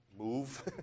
move